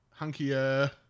hunkier